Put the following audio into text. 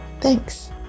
thanks